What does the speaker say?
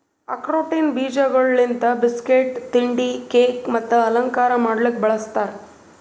ಆಕ್ರೋಟಿನ ಬೀಜಗೊಳ್ ಲಿಂತ್ ಬಿಸ್ಕಟ್, ತಿಂಡಿ, ಕೇಕ್ ಮತ್ತ ಅಲಂಕಾರ ಮಾಡ್ಲುಕ್ ಬಳ್ಸತಾರ್